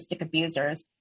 abusers